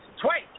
Twice